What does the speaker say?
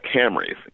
Camrys